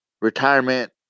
retirement